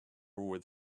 with